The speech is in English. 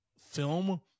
film